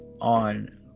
on